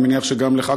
אני מניח שגם לך,